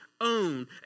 own